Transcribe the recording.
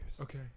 Okay